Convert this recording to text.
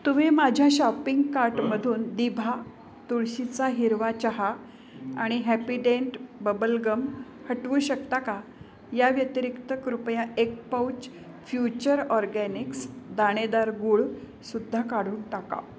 तुम्ही माझ्या शॉपिंग कार्टमधून दिभा तुळशीचा हिरवा चहा आणि हॅपीडेंट बबलगम हटवू शकता का या व्यतिरिक्त कृपया एक पाउच फ्युचर ऑरगॅनिक्स दाणेदार गुळसुद्धा काढून टाका